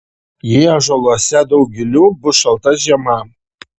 jei ąžuoluose daug gilių bus šalta žiema